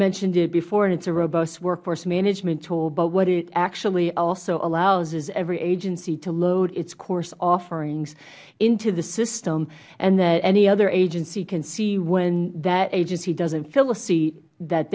mentioned it before and it is a robust workforce management tool but what it actually also allows is every agency to load its course offerings into the system and any other agency can see when that agency doesnt fill a seat that